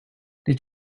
did